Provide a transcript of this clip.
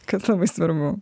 kaip labai svarbu